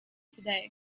today